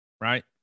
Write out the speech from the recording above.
right